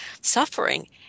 suffering